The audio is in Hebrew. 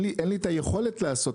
לא כולל השנים.